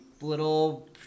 little